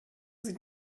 sieht